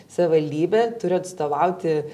savivaldybė turi atstovauti